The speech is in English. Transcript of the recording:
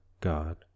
God